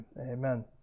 Amen